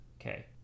Okay